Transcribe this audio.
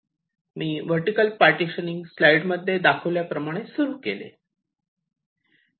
मी vertical partitioning स्लाइडमध्ये दाखविल्याप्रमाणे सुरू केले